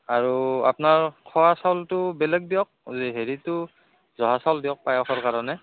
আৰু আপোনাৰ খোৱা চাউলটো বেলেগ দিয়ক হেৰিটো জহা চাউল দিয়ক পায়সৰ কাৰণে